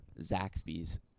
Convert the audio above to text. Zaxby's